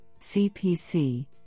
CPC